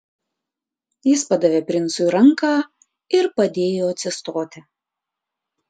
jis padavė princui ranką ir padėjo atsistoti